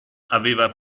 aveva